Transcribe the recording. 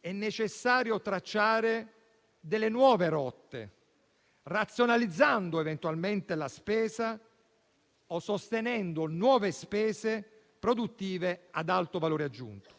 è necessario tracciare nuove rotte, razionalizzando eventualmente la spesa o sostenendo nuove spese produttive, ad alto valore aggiunto.